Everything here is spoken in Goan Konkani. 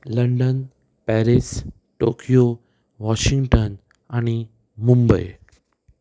लंडन पॅरीस टोकियो वॉशिंगटन आनी मुंबय